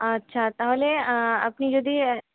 আচ্ছা তাহলে আপনি যদি